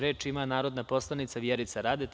Reč ima narodna poslanica Vjerica Radeta.